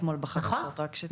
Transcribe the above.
רק שתדעו.